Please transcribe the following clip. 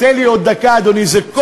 נא לסיים.